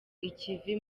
ikivi